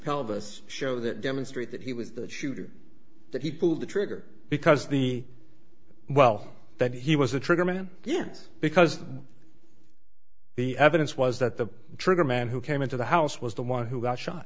pelvis show that demonstrate that he was that shooter that he pulled the trigger because the well that he was a trigger man yes because the evidence was that the trigger man who came into the house was the one who got shot